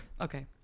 okay